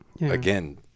again